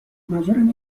منظورم